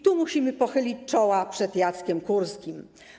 Tu musimy pochylić czoła przed Jackiem Kurskim.